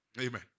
amen